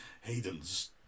Hayden's